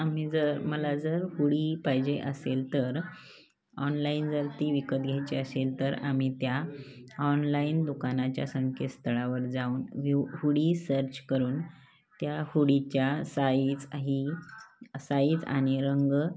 आम्ही जर मला जर हुडी पाहिजे असेल तर ऑनलाईन जर ती विकत घ्यायची असेल तर आम्ही त्या ऑनलाईन दुकानाच्या संकेत स्थळावर जाऊन व्यू हुडी सर्च करून त्या हुडीच्या साईज ही साईज आणि रंग